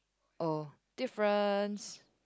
oh different